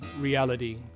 reality